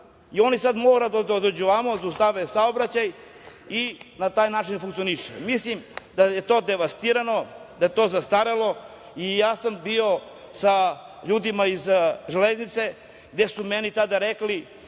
Oni moraju da dođu, zaustave saobraćaj. Na taj način funkcioniše. Mislim da je to devastirano, da je to zastarelo. Bio sam sa ljudima iz „Železnice“ gde su meni tada rekli